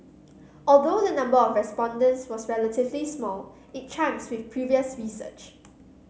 although the number of respondents was relatively small it chimes with previous research